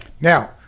Now